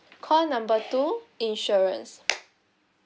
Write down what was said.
call number two insurance